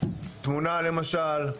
תמונה למשל,